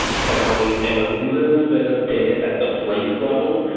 county and a little bit of data at the place level.